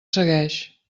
segueix